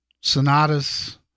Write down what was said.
Sonatas